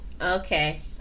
Okay